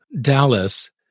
Dallas